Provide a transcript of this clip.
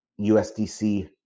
USDC